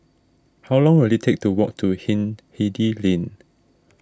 how long will it take to walk to Hindhede Lane